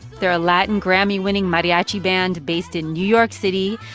they're a latin, grammy-winning mariachi band based in new york city.